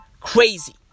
crazy